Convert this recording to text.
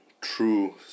true